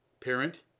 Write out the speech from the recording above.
Parent